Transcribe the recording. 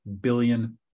billion